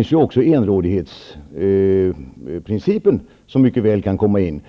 har även enrådighetsprincipen som mycket väl kan komma in.